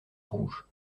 rouge